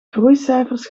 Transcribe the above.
groeicijfers